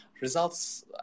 results